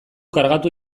kargatu